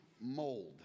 mold